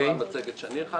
זה לא מצגת שאני הכנתי.